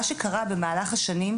מה שקרה במהלך השנים,